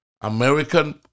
American